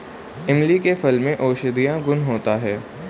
इमली के फल में औषधीय गुण होता है